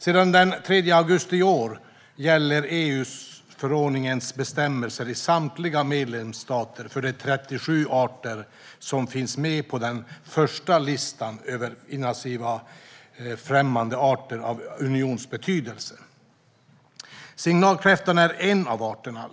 Sedan den 3 augusti i år gäller EU-förordningens bestämmelser i samtliga medlemsstater för de 37 arter som finns med på den första listan över invasiva främmande arter av unionsbetydelse. Signalkräftan är en av arterna.